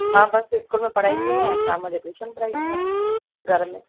मां बसि इस्कूल में पढ़ाईंदी आहियां शाम जो ट्यूशन पढ़ाईंदी आहियां घर में